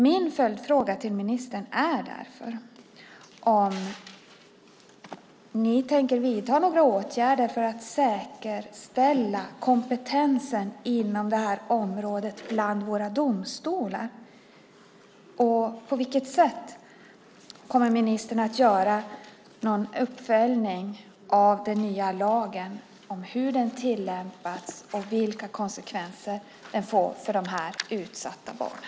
Min följdfråga till ministern är därför om ni tänker vidta några åtgärder för att säkerställa kompetensen bland våra domstolar inom det här området. På vilket sätt kommer ministern att göra en uppföljning av den nya lagen, hur den tillämpas och vilka konsekvenser den får för de här utsatta barnen?